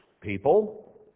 people